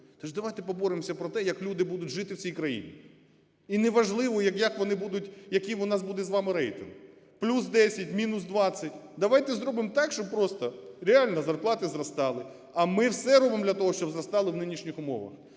То ж давайте поборемося про те, як люди будуть жити в цій країні. І не важливо, як вони будуть, який у нас буде з вами рейтинг, плюс 10, мінус 20. Давайте зробимо так, щоб просто реально зарплати зростали, а ми все робимо для того, щоб зростали в нинішніх умовах.